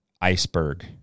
iceberg